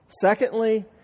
Secondly